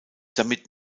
damit